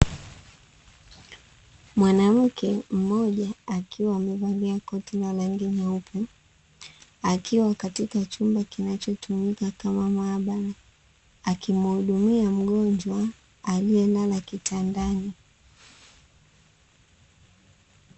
Mwanamke mmoja akiwa amevalia koti la rangi nyeupe akiwa katika chumba kinachotumika kama maabara, akimhudumia mgonjwa aliyelala kitandani.